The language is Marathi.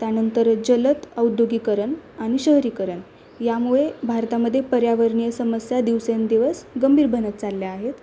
त्यानंतर जलद औद्योगीकरण आणि शहरीकरण यामुळे भारतामध्ये पर्यावरणीय समस्या दिवसेंदिवस गंभीर बनत चालल्या आहेत